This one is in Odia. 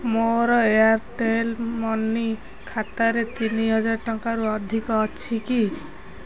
ମୋର ଏୟାର୍ଟେଲ୍ ମନି ଖାତାରେ ତିନିହଜାର ଟଙ୍କାରୁ ଅଧିକ ଅଛି କି